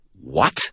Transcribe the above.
What